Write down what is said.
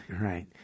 Right